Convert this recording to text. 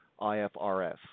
IFRS